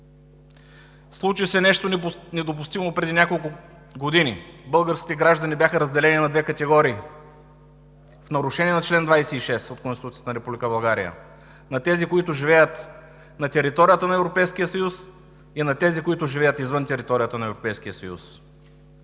Случи се нещо недопустимо преди няколко години – българските граждани бяха разделени на две категории в нарушение на чл. 26 от Конституцията на Република България: на тези, които живеят на територията на Европейския съюз, и на тези, които живеят извън територията на